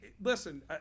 listen